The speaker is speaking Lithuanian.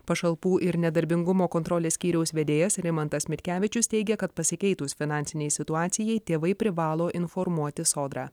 pašalpų ir nedarbingumo kontrolės skyriaus vedėjas rimantas mitkevičius teigia kad pasikeitus finansinei situacijai tėvai privalo informuoti sodrą